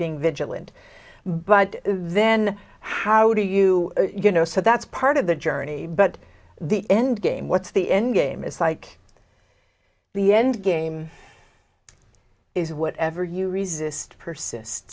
being vigilant but then how do you you know so that's part of the journey but the end game what's the end game is like the end game is whatever you resist persist